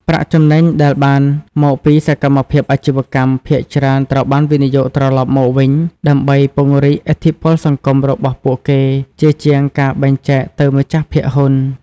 ប្រាក់ចំណេញដែលបានមកពីសកម្មភាពអាជីវកម្ម ភាគច្រើនត្រូវបានវិនិយោគត្រឡប់មកវិញ ដើម្បីពង្រីកឥទ្ធិពលសង្គមរបស់ពួកគេ ជាជាងការបែងចែកទៅម្ចាស់ភាគហ៊ុន ។